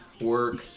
work